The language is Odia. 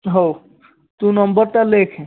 ହଉ ତୁ ନମ୍ବର୍ଟା ଲେଖ